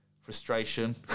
frustration